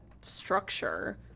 structure